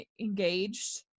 engaged